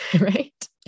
right